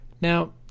Now